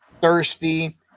thirsty